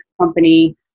company